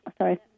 Sorry